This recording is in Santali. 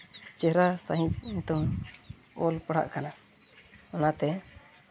ᱪᱮᱦᱨᱟ ᱥᱟᱺᱦᱤᱡ ᱱᱤᱛᱚᱝ ᱚᱞ ᱯᱟᱲᱦᱟᱜ ᱠᱟᱱᱟ ᱚᱱᱟᱛᱮ